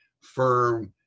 firm